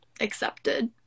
accepted